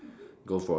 go for it